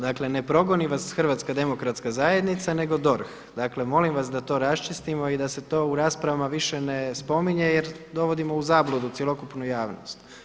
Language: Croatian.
Dakle ne progoni vas HDZ nego DORH, dakle molim vas da to raščistimo i da se to u raspravama više ne spominje jer dovodimo u zabludu cjelokupnu javnost.